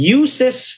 uses